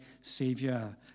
Savior